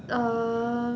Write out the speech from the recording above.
uh